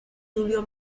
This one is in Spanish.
tulio